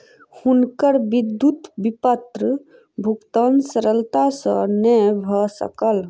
हुनकर विद्युत विपत्र भुगतान सरलता सॅ नै भ सकल